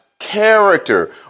character